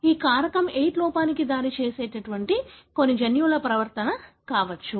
ఇది కారకం VIII లోపానికి దారితీసే కొన్ని జన్యు పరివర్తన కావచ్చు